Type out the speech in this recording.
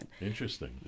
interesting